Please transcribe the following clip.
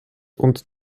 und